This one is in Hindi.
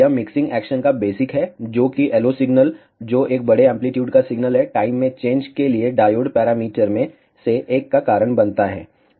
यह मिक्सिंग एक्शन का बेसिक है जो कि LO सिग्नल जो एक बड़े एंप्लीट्यूड का सिग्नल है टाइम में चेंज के लिए डायोड पैरामीटर में से एक का कारण बनता है